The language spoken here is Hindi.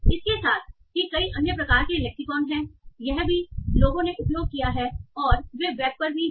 इसके साथ ही कई अन्य प्रकार के लेक्सिकॉन हैं यह भी कि लोगों ने उपयोग किया है और वे वेब पर भी हैं